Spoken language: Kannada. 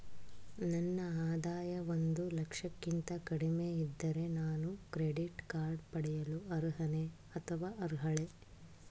ನನ್ನ ಆದಾಯ ಒಂದು ಲಕ್ಷಕ್ಕಿಂತ ಕಡಿಮೆ ಇದ್ದರೆ ನಾನು ಕ್ರೆಡಿಟ್ ಕಾರ್ಡ್ ಪಡೆಯಲು ಅರ್ಹನೇ ಅಥವಾ ಅರ್ಹಳೆ?